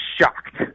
shocked